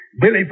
Billy